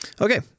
Okay